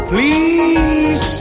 Please